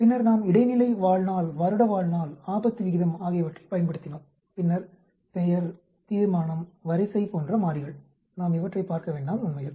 பின்னர் நாம் இடைநிலை வாழ்நாள் வருட வாழ்நாள் ஆபத்து விகிதம் ஆகியவற்றை பயன்படுத்தினோம் பின்னர் பெயர் தீர்மானம் வரிசை போன்ற மாறிகள் நாம் இவற்றை பார்க்க வேண்டாம் உண்மையில்